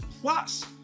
Plus